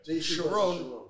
sharon